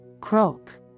croak